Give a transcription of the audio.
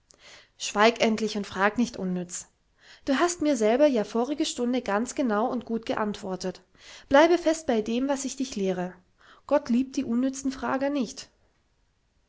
schweig endlich und frag nicht unnütz du hast mir selber ja vorige stunde ganz genau und gut geantwortet bleibe fest bei dem was ich dich lehre gott liebt die unnützen frager nicht